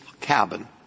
cabin